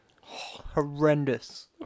Horrendous